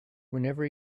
whenever